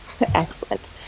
Excellent